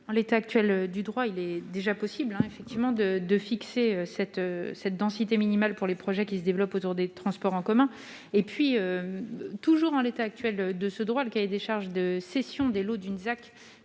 En l'état actuel du droit, il est déjà possible de fixer une densité minimale pour les projets qui se développent autour des transports en commun. Par ailleurs, toujours en vertu du droit en vigueur, le cahier des charges de cession des lots d'une ZAC,